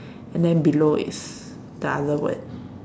and then below is the other word